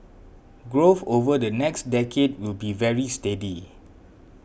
growth over the next decade will be very steady